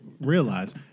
realize